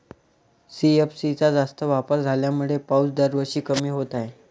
CFC चा जास्त वापर झाल्यामुळे पाऊस दरवर्षी कमी होत आहे